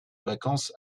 vacances